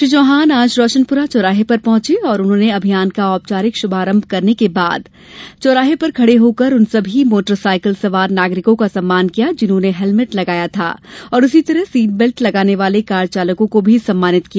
श्री चौहान आज रोशनपुरा चौराहा पहुंचे और अभियान का औपचारिक शुभारंभ करने के बाद उन्होंने चौराहे पर खड़े होकर उन सभी मोटर सायकल सवार नागरिकों का सम्मान किया जिन्होंने हेलमेट लगाया था और उसी तरह सीट बेल्ट लगाने वाले कार चालकों को भी सम्मानित किया